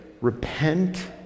repent